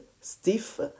stiff